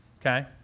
okay